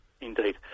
indeed